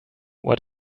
what